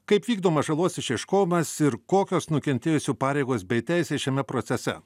kaip vykdomas žalos išieškojimas ir kokios nukentėjusių pareigos bei teisę šiame procese